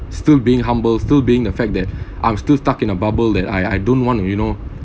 still being humble still being the fact that I'm still stuck in a bubble that I I don't want uh you know